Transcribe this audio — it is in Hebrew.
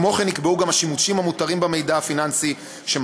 כמו כן נקבעו השימושים המותרים במידע הפיננסי לשם